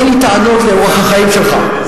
אין לי טענות לאורח החיים שלך,